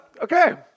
Okay